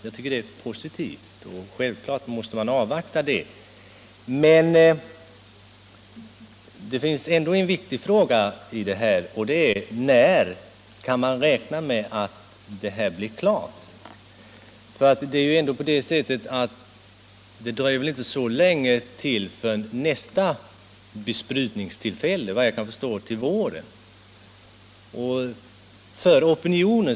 Jag tycker att det är en positiv åtgärd. Men en viktig fråga i detta sammanhang är naturligtvis när man kan räkna med att denna utvärdering är klar. Det är ju inte så lång tid kvar till nästa besprutningstillfälle, som såvitt jag förstår inträffar våren 1976.